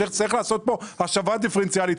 שצריך לעשות פה השבה דיפרנציאלית.